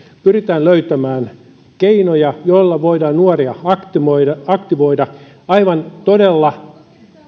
pyritään löytämään keinoja joilla voidaan nuoria aktivoida aktivoida aivan todella